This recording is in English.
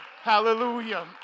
Hallelujah